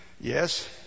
Yes